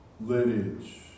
lineage